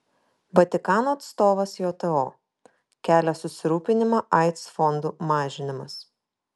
vatikano atstovas jto kelia susirūpinimą aids fondų mažinimas